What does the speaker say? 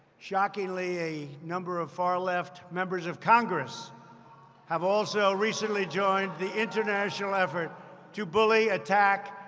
shockingly, a number of far-left members of congress have also recently joined the international effort to bully, attack,